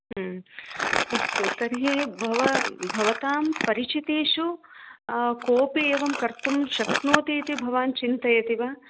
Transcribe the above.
अस्तु तर्हि भव भवतां परिचितेषु कोपि एवं कर्तुं शक्नोति इति भवान् चिन्तयति वा